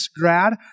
grad